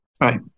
Right